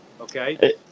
okay